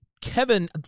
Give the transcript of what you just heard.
Kevin